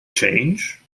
change